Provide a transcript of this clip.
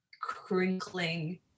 crinkling